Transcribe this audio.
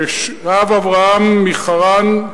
כששב אברהם מחרן,